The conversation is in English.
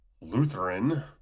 Lutheran